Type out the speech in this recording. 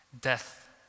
Death